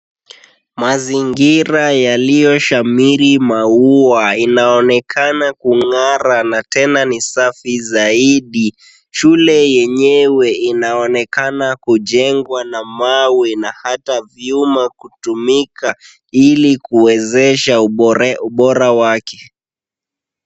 Mazingira yaliyoshamiri maua inaonekana kung'ara na tena ni safi zaidi. Shule yenyewe inaonekana kujengwa na mawe na hata vyuma kutumika ili kuwezesha ubora wake.